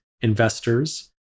investors